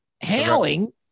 Howling